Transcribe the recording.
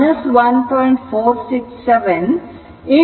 273 e 1